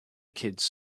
kids